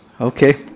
okay